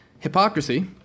hypocrisy